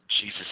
Jesus